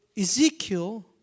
Ezekiel